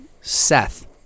Seth